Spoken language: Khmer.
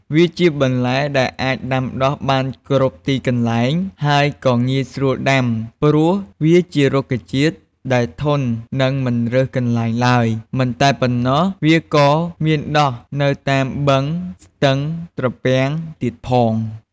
វាជាបន្លែដែលអាចដាំដុះបានគ្រប់ទីកន្លែង ហើយក៏ងាយស្រួលដាំ ព្រោះវាជារុក្ខជាតិដែលធន់ និងមិនរើសកន្លែងឡើយ មិនតែប៉ុណ្ណោះវាក៏មានដុះនៅតាមបឹងស្ទឹងត្រពាំងទៀតផង។